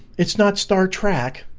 it's not star trek.